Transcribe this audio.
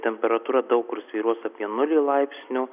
temperatūra daug kur svyruos apie nulį laipsnių